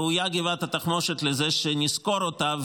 ראויה גבעת התחמושת לזה שנזכור אותה,